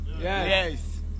Yes